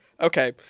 Okay